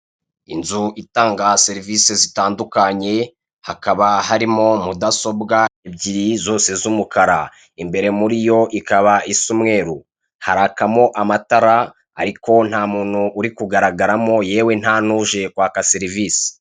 Inzu itanga serivise zitandukanye hakaba harimo mudasobwa ebyiri zose z'umukara imbere muri yo ikaba isa umweru. Harakamo amatara ariko nta muntu urikugaragaramo yewe ntanuje kwaka serivise.